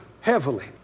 heavily